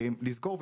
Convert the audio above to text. לזכור,